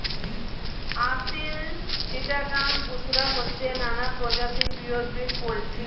আসিল, চিটাগাং, বুশরা হচ্ছে নানা প্রজাতির পিওর ব্রিড পোল্ট্রি